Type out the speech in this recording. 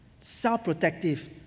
self-protective